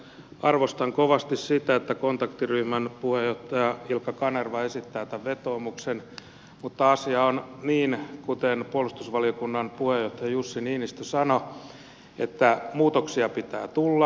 arvostan kovasti sitä että kontaktiryhmän puheenjohtaja ilkka kanerva esittää tämän vetoomuksen mutta asia on niin kuten puolustusvaliokunnan puheenjohtaja jussi niinistö sanoi että muutoksia pitää tulla